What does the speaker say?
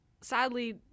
sadly